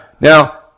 Now